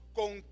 ¿con